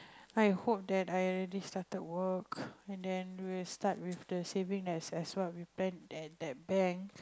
I hope that I already started work and then we'll start with the saving as as what we planned at that bank